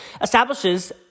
establishes